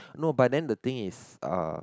no but then the thing is uh